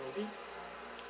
maybe